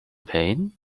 pain